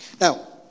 Now